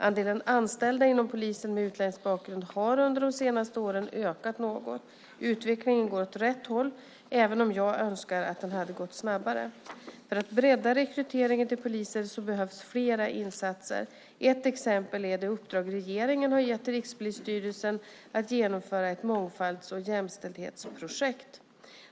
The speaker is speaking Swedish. Andelen anställda inom polisen med utländsk bakgrund har under de senaste åren ökat något. Utvecklingen går åt rätt håll, även om jag önskar att den hade gått snabbare. För att bredda rekryteringen till polisen behövs fler insatser. Ett exempel är det uppdrag regeringen har gett till Rikspolisstyrelsen att genomföra ett mångfalds och jämställdhetsprojekt.